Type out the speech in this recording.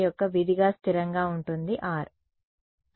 యొక్క విధిగా స్థిరంగా ఉంటుంది r